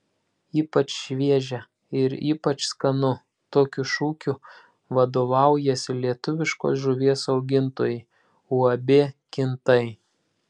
ypač šviežia ir ypač skanu tokiu šūkiu vadovaujasi lietuviškos žuvies augintojai uab kintai